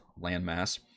landmass